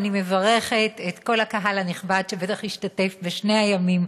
אני מברכת את כל הקהל הנכבד שבטח השתתף בשני הימים,